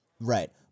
right